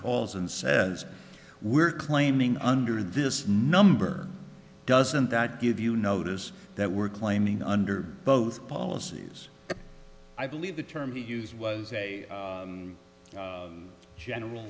calls and says we're claiming under this number doesn't that give you notice that we're claiming under both policies i believe the term he used was a general